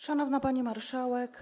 Szanowna Pani Marszałek!